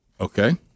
Okay